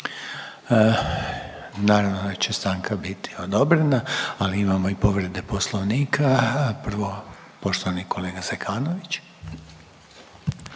Naravno da će stanka biti odobrena. Ali imamo i povrede Poslovnika, prvo poštovani kolega Zekanović.